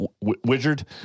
wizard